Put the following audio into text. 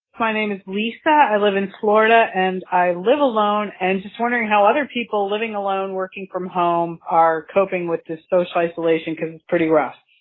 my name is lisa. i live in florida and i live alone. and just wondering how other people living alone, working from home are coping with this social isolation can pretty rough